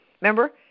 Remember